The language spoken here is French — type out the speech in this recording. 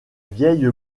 vieille